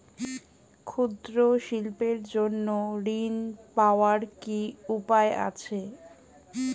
ক্ষুদ্র শিল্পের জন্য ঋণ পাওয়ার কি উপায় আছে?